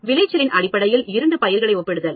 விளைச்சலின் அடிப்படையில் இரண்டு பயிர்களின் ஒப்பிடுதல்